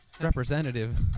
representative